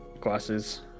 glasses